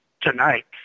tonight